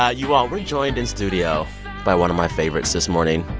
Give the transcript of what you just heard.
ah you all, we're joined in studio by one of my favorites this morning,